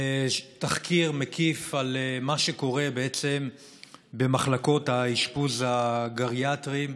תחקיר מקיף על מה שקורה במוסדות האשפוז הגריאטריים.